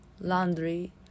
laundry